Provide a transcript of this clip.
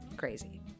Crazy